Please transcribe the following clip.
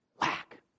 lack